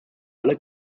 alle